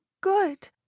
good